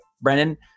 Brennan